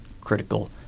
critical